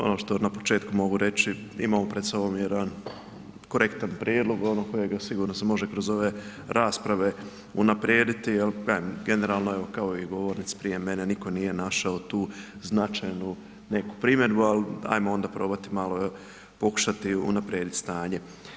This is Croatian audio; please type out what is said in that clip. Ono što na početku mogu reći imamo pred sobom jedan korektan prijedlog kojega sigurno se može kroz ove rasprave unaprijediti, jer, kažem, generalno evo kao i govornici prije mene nitko nije našao tu značajnu neku primjedbu ali ajmo onda probati malo pokušati unaprijediti stanje.